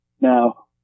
Now